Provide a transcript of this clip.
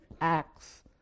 acts